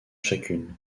chacune